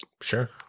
Sure